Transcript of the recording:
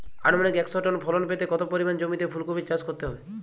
আনুমানিক একশো টন ফলন পেতে কত পরিমাণ জমিতে ফুলকপির চাষ করতে হবে?